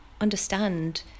understand